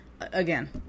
again